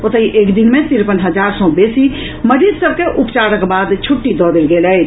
ओतहि एक दिन मे तिरपन हजार सँ बेसी मरीज सभ के उपचारक बाद छुट्टी दऽ देल गेल अछि